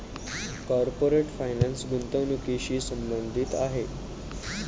corporate finance गुंतवणुकीशी संबंधित आहे